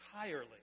entirely